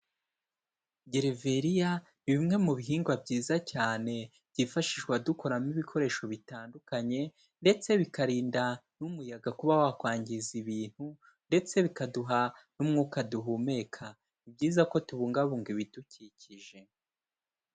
Gereveriya ni bimwe mu bihingwa byiza cyane, byifashishwa dukoramo ibikoresho bitandukanye, ndetse bikarinda n'umuyaga kuba wakwangiza ibintu, ndetse bikaduha n'umwuka duhumeka. Ni byiza ko tubungabunga ibidukikije.